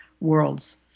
worlds